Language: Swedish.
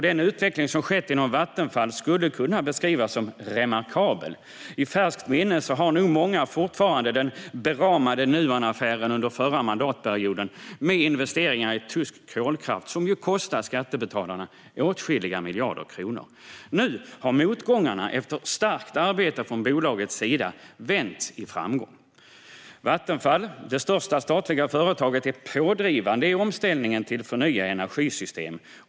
Den utveckling som skett inom Vattenfall skulle kunna beskrivas som remarkabel. I färskt minne har nog många fortfarande den beramade Nuonaffären under förra mandatperioden, med investeringar i tysk kolkraft som kostade skattebetalarna åtskilliga miljarder kronor. Nu har motgångarna efter starkt arbete från bolagets sida vänts i framgång. Vattenfall, det största statliga företaget, är pådrivande i omställningen till förnybara energisystem.